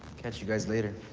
catch you guys later.